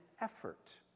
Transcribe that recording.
effort